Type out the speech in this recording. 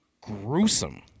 gruesome